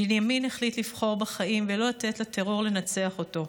בנימין החליט לבחור בחיים ולא לתת לטרור לנצח אותו.